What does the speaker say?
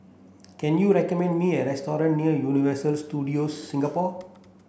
can you recommend me a restaurant near Universal Studios Singapore